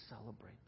celebrate